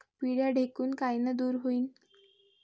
पिढ्या ढेकूण कायनं दूर होईन?